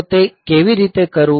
તો તે કેવી રીતે કરવું